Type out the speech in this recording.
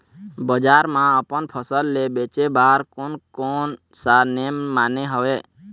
बजार मा अपन फसल ले बेचे बार कोन कौन सा नेम माने हवे?